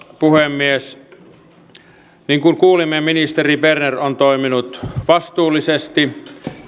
puhemies niin kuin kuulimme ministeri berner on toiminut vastuullisesti